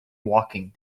walking